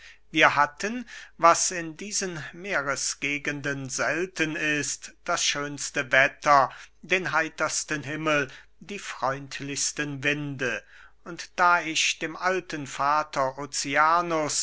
wir hatten was in diesen meeresgegenden selten ist das schönste wetter den heitersten himmel die freundlichsten winde und da ich dem alten vater oceanus